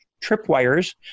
tripwires